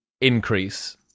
increase